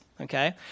okay